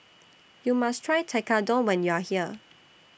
YOU must Try Tekkadon when YOU Are here